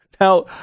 Now